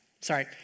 sorry